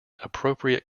appropriate